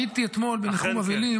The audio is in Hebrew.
הייתי אתמול בניחום אבלים